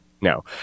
No